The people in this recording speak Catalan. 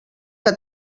que